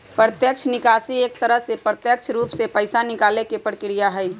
प्रत्यक्ष निकासी एक तरह से प्रत्यक्ष रूप से पैसा निकाले के प्रक्रिया हई